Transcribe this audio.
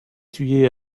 tué